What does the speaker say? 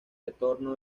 retorno